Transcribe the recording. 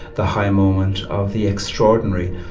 the high moment of the extraordinary,